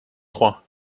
trois